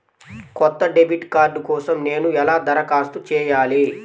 కొత్త debit card కోసం నేను ఎలా దరఖాస్తు చేయాలి?